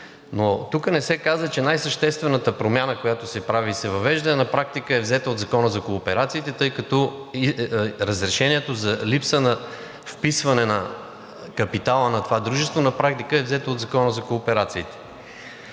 Но тук не се каза, че най-съществената промяна, която се прави и се въвежда, на практика е взета от Закона за кооперациите, тъй като разрешението за липса на вписване на капитала на това дружество на практика е взето от Закона за кооперациите.